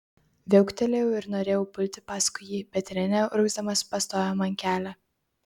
viauktelėjau ir norėjau pulti paskui jį bet renė urgzdamas pastojo man kelią